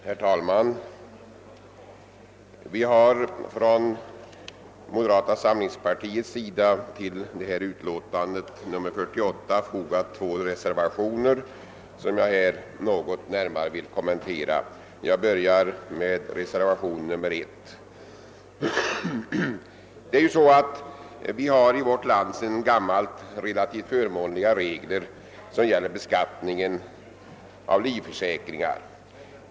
Herr talman! Moderata samlingspartiets ledamöter av bevillningsutskottet har till betänkandet nr 48 fogat två reservationer, som jag här vill något närmare kommentera. Jag börjar med reservationen 1. Vi har i vårt land sedan gammalt relativt förmånliga regler som gäller beskattning av livsförsäkringar.